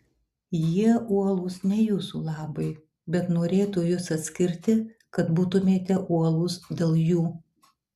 jie uolūs ne jūsų labui bet norėtų jus atskirti kad būtumėte uolūs dėl jų